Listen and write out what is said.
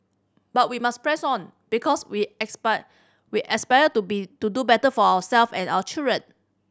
but we must press on because we aspire we aspire to be to do better for ourselves and our children